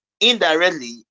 indirectly